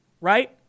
right